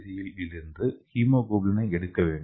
C களில் இருந்து haemoglobin எடுக்க வேண்டும்